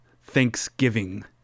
Thanksgiving